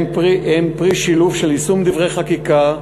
הם פרי שילוב של יישום דברי חקיקה,